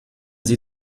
sie